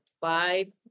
five